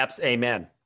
Amen